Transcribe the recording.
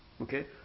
Okay